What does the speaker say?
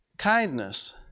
kindness